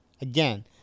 Again